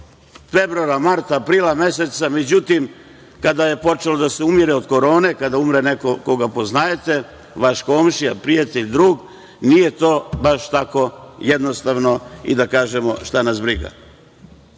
februara, marta, aprila meseca, međutim, kada je počelo da se umire od korone, kada umre neko koga poznajete, vaš komšija, prijatelj, drug, nije to baš tako jednostavno, pa da kažemo – šta nas briga. Ovi